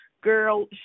girl